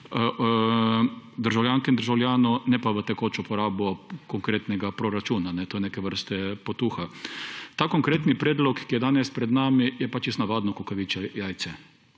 državljank in državljanov, ne pa v tekočo porabo konkretnega proračuna, to je neke vrste potuha. Ta konkretni predlog, ki je danes pred nami, je pa čisto navadno kukavičje jajce.